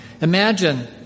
Imagine